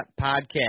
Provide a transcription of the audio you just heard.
Podcast